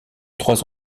trois